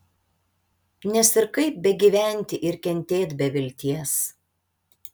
nes ir kaip begyventi ir kentėt be vilties